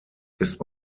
ist